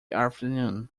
afternoon